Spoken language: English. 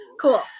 Cool